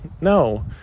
no